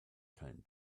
came